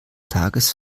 tages